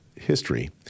history